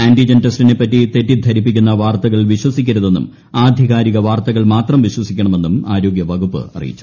antigen ടെസ്റ്റിനെപ്പറ്റി തെറ്റിദ്ധരിപ്പിക്കുന്ന വാർത്ത്കൾ ് വിശ്വസിക്കരുതെന്നും ആധികാരിക വാർത്തകൾ മാത്രം പ്പിശ്ചസിക്കണമെന്നും ആരോഗ്യ വകുപ്പ് അറിയിച്ചു